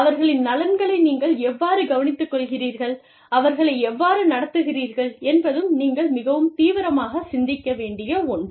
அவர்களின் நலன்களை நீங்கள் எவ்வாறு கவனித்துக்கொள்கிறீர்கள் அவர்களை எவ்வாறு நடத்துகிறீர்கள் என்பதும் நீங்கள் மிகவும் தீவிரமாகச் சிந்திக்க வேண்டிய ஒன்று